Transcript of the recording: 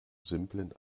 simplen